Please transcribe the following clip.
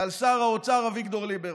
ועל שר האוצר אביגדור ליברמן.